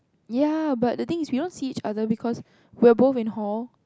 ya but the thing is we don't see each other because we are both in hall